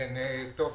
שלום